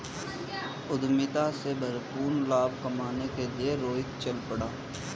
उद्यमिता से भरपूर लाभ कमाने के लिए रोहित चल पड़ा